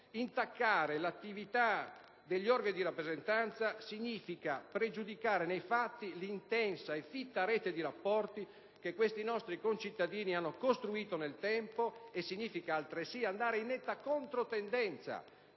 intaccare l'attività degli organi di rappresentanza, significa pregiudicare nei fatti l'intensa e fitta rete di rapporti che questi nostri concittadini hanno costruito nel tempo e, altresì, andare in netta controtendenza